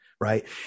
right